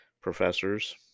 professors